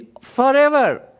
Forever